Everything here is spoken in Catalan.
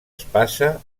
espasa